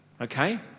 Okay